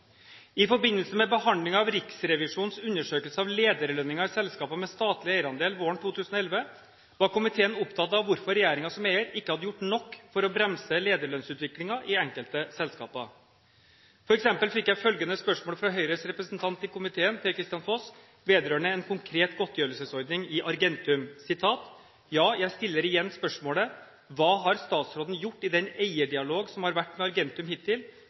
I forbindelse med behandlingen av Riksrevisjonens undersøkelse av lederlønninger i selskaper med statlig eierandel våren 2011 var komiteen opptatt av hvorfor regjeringen som eier ikke hadde gjort nok for å bremse lederlønnsutviklingen i enkelte selskaper. For eksempel fikk jeg følgende spørsmål fra Høyres representant i komiteen, Per-Kristian Foss, vedrørende en konkret godtgjørelsesordning i Argentum: «Ja, jeg stiller igjen spørsmålet: Hva har statsråden gjort i den eierdialog som har vært med Argentum hittil,